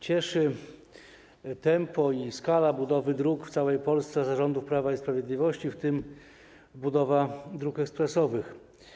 Cieszy tempo i skala budowy dróg w całej Polsce za rządów Prawa i Sprawiedliwości, w tym budowa dróg ekspresowych.